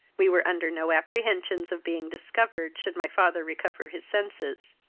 we were under no apprehensions of being discovered, should my father recover his senses.